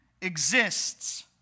exists